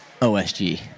OSG